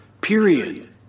Period